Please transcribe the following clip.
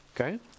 Okay